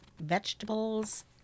vegetables